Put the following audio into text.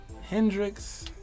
Hendrix